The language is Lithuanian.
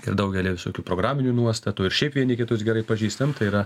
ir daugelį visokių programinių nuostatų ir šiaip vieni kitus gerai pažįstam tai yra